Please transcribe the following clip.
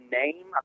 name